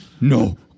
No